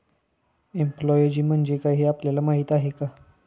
Apiology म्हणजे काय, हे आपल्याला माहीत आहे का?